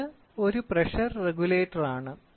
ഇത് ഒരു പ്രഷർ റെഗുലേറ്ററാണ്